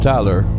Tyler